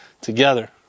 together